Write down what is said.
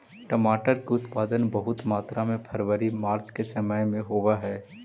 टमाटर के उत्पादन बहुत मात्रा में फरवरी मार्च के समय में होवऽ हइ